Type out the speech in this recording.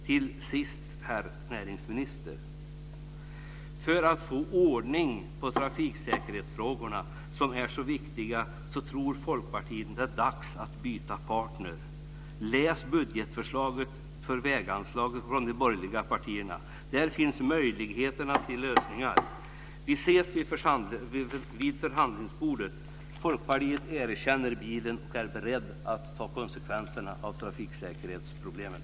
Till sist, herr näringsminister: För att få ordning på trafiksäkerhetsfrågorna, som är så viktiga, tror Folkpartiet att det är dags att byta partner. Läs budgetförslaget för väganslaget från de borgerliga partierna. Där finns möjligheterna till lösningar. Vi ses vid förhandlingsbordet. Folkpartiet erkänner bilen och är berett att ta konsekvenserna av trafiksäkerhetsproblemen.